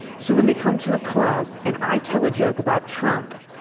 so, when they come to a club, and i tell a joke about trump,